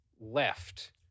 left